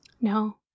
no